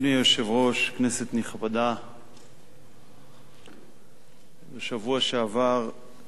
אדוני היושב-ראש, כנסת נכבדה, בשבוע שעבר,